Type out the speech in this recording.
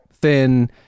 thin